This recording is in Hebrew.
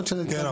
כן,